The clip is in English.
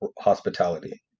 hospitality